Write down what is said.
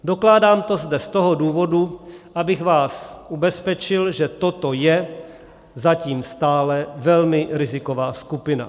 Dokládám to zde z toho důvodu, abych vás ubezpečil, že toto je zatím stále velmi riziková skupina.